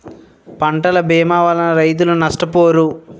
పంటల భీమా వలన రైతులు నష్టపోరు